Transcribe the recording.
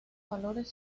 valores